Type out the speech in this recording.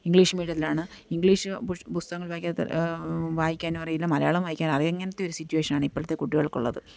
English മീഡിയത്തിലാണ് English പുഷ് പുസ്തകങ്ങൾ വായിക്കാത്ത വായിക്കാനുമറിയില്ല മലയാളം വായിക്കാൻ അതങ്ങനത്തെ ഒരു സിറ്റുവേഷനാണ് ഇപ്പോഴത്തെ കുട്ടികൾക്കുള്ളത്